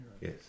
Yes